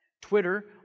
Twitter